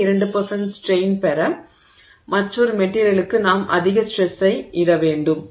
அதே 2 ஸ்ட்ரெய்ன் பெற மற்றொரு மெட்டிரியலுக்கு நாம் அதிக ஸ்ட்ரெஸ்ஸை இட வேண்டும்